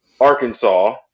Arkansas